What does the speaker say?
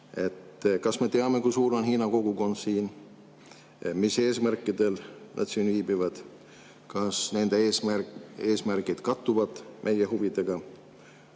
Kas me teame, kui suur on Hiina kogukond siin? Mis eesmärkidel nad siin viibivad? Kas nende eesmärgid kattuvad meie huvidega?